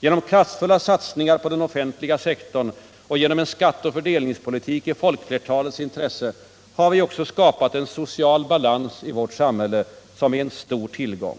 Genom kraftfulla satsningar på den offentliga sektorn och genom en skatteoch fördelningspolitik i folkflertalets intresse har vi också skapat en social balans i vårt samhälle som är en stor tillgång.”